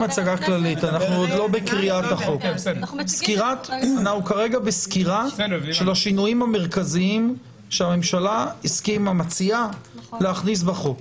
אנחנו בסקירה של השינויים המרכזיים שהממשלה מציעה להכניס בחוק.